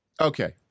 Okay